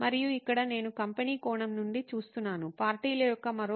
మరియు ఇక్కడ నేను కంపెనీ కోణం నుండి చూస్తున్నాను పార్టీల యొక్క మరొక వైపు